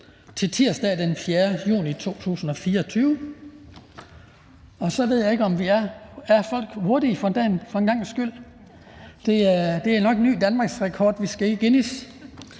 til tirsdag den 4. juni 2024. Folk er hurtige for en gangs skyld. Det er nok ny danmarksrekord. Vi skal med